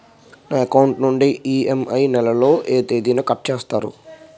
నా అకౌంట్ నుండి ఇ.ఎం.ఐ నెల లో ఏ తేదీన కట్ చేస్తారు?